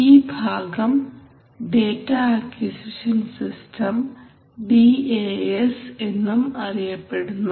ഈ ഭാഗം data acquisition system D A S എന്നും അറിയപ്പെടുന്നു